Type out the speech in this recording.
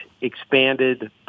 expanded